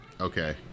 Okay